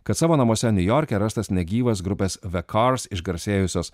kad savo namuose niujorke rastas negyvas grupės the cars išgarsėjusios